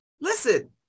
listen